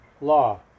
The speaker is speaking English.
law